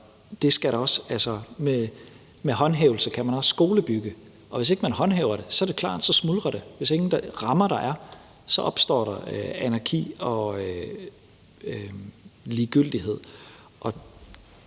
Domhus. Med håndhævelse kan man også skole bygge, og hvis ikke man håndhæver det, er det klart, at så smuldrer det. Hvis der ingen rammer er, opstår der anarki og ligegyldighed.